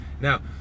Now